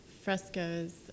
frescoes